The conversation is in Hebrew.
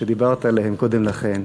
שדיברת עליהם קודם לכן.